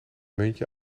muntje